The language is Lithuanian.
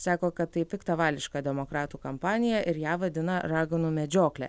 sako kad tai piktavališka demokratų kampanija ir ją vadina raganų medžiokle